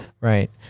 Right